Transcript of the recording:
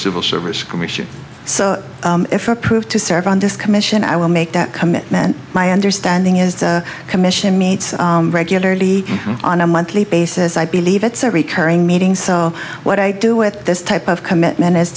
civil service commission so if approved to serve on this commission i will make that commitment my understanding is the commission meets regularly on a monthly basis i believe it's a recurring meeting so what i do with this type of commitment is